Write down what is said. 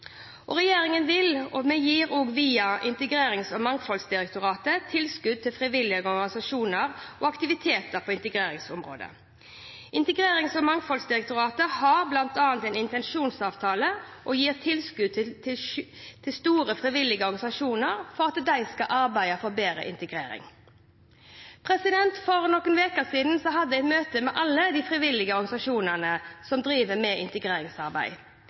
Regjeringen gir, via Integrerings- og mangfoldsdirektoratet, tilskudd til frivillige organisasjoner og aktiviteter på integreringsområdet. Integrerings- og mangfoldsdirektoratet har bl.a. intensjonsavtaler og gir tilskudd til store, frivillige organisasjoner for at de skal arbeide for bedre integrering. For noen uker siden hadde jeg et møte med alle de frivillige organisasjonene som driver med integreringsarbeid,